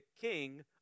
king